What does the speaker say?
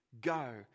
Go